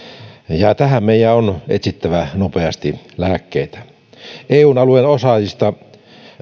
ja tähän meidän on etsittävä nopeasti lääkkeitä eun alueen osaajista